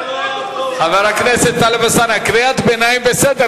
חבר הכנסת טלב אלסאנע, קריאת ביניים, בסדר.